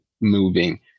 moving